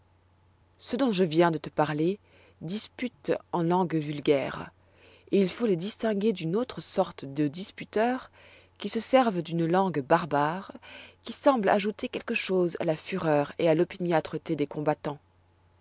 ceux dont je te viens de parler disputent en langue vulgaire et il faut les distinguer d'une autre sorte de disputeurs qui se servent d'une langue barbare qui semble ajouter quelque chose à la fureur et à l'opiniâtreté des combattants